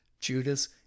Judas